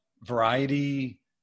variety